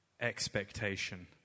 expectation